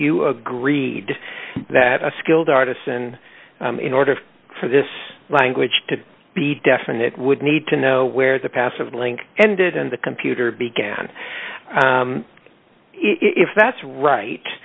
you agreed that a skilled artisan in order for this language to be definite would need to know where the passive link ended and the computer began if that's right